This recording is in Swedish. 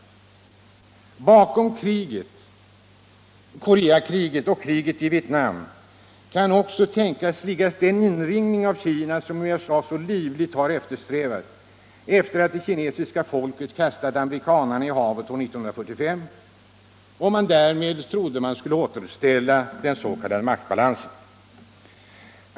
Bakom Koreakriget och kriget i Vietnam kan också tänkas ligga den inringning av Kina som USA så livligt har eftersträvat — efter det att det kinesiska folket kastade amerikanarna i havet år 1945 — för att därmed återställa den s.k. maktbalansen.